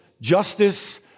justice